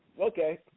okay